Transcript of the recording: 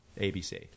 ABC